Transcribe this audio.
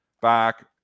back